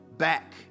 back